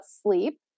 sleep